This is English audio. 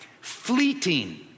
fleeting